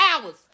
hours